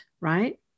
right